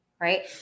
right